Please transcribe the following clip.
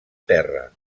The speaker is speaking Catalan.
terra